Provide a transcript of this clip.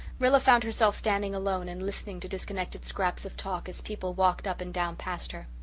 rilla found herself standing alone and listening to disconnected scraps of talk as people walked up and down past her.